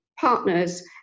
partners